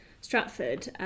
Stratford